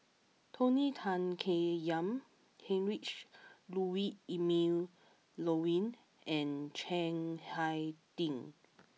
Tony Tan Keng Yam Heinrich Ludwig Emil Luering and Chiang Hai Ding